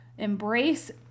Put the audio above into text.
embrace